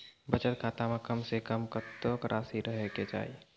बचत खाता म कम से कम कत्तेक रासि रहे के चाहि?